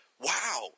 wow